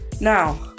Now